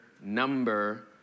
number